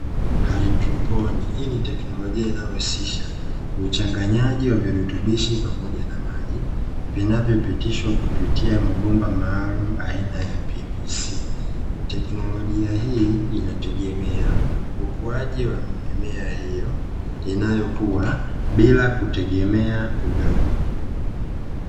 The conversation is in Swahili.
Haidroponi hii ni teknolojia inayohusisha uchanganyaji wa virutubishi pamoja na maji, vinavyopitishwa kupitia mabomba maalumu aina ya "pvc". Teknolojia hii inategemea ukuaji wa mimea hiyo inayokua bila kutegemea udongo.